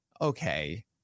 okay